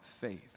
faith